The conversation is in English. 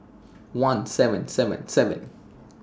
one seven seven seven